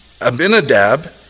Abinadab